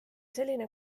selline